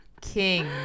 King